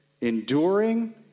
Enduring